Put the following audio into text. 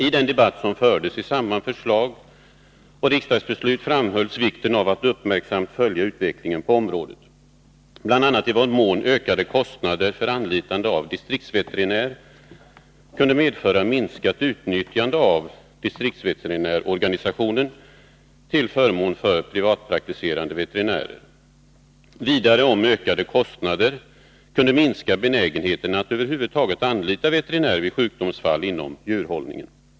I den debatt som fördes i samband med förslag och riksdagsbeslut framhölls vikten av att uppmärksamt följa utvecklingen på området, bl.a. i vad mån ökade kostnader för anlitande av distriktsveterinär kunde medföra minskat utnyttjande av distriktsveterinärorganisationen till förmån för privatpraktiserande veterinärer samt om ökade kostnader kunde minska benägenheten att över huvud taget anlita veterinär vid sjukdomsfall inom djurhållningen.